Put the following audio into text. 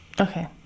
Okay